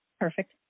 Perfect